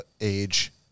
age